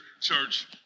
church